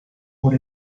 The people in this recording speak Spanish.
por